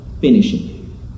finishing